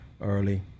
early